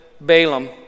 Balaam